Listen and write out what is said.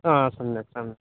हा सम्यक् सम्यक्